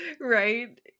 Right